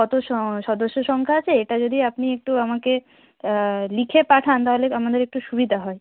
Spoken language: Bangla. কতো সদস্য সংখ্যা আছে এটা যদি আপনি একটু আমাকে লিখে পাঠান তাহলে আমাদের একটু সুবিধা হয়